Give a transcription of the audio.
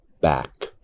back